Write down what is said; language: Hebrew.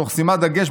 תוך שימת דגש,